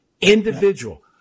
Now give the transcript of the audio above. individual